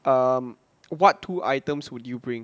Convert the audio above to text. um what two items would you bring